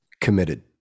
committed